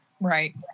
Right